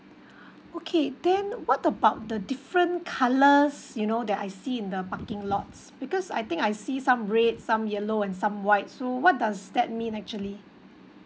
okay then what about the different colours you know that I see in a parking lots because I think I see some red some yellow and some white so what does that mean actually